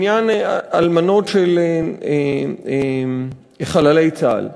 בעניין האלמנות של חללי צה"ל.